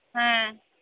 ᱦᱮᱸ